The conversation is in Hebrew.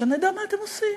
שנדע מה אתם עושים.